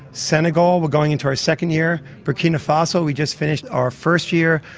senegal, we're going into our second year, burkina faso, we just finished our first year.